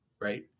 right